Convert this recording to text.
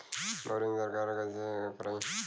Boring सरकार कईसे करायी?